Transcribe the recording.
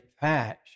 patch